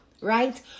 right